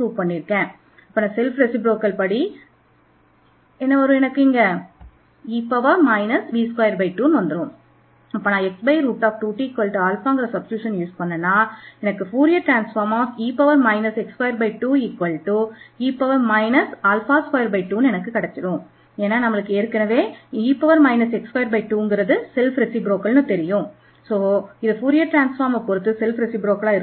நமக்கு e v22αx2t இதன் Fourier transform கண்டுபிடிக்க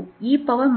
வேண்டும்